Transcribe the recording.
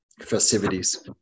festivities